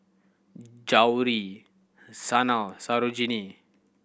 Gauri Sanal Sarojini